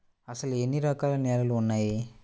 అసలు ఎన్ని రకాల నేలలు వున్నాయి?